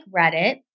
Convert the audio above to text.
Reddit